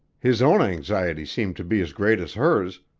his own anxiety seemed to be as great as hers,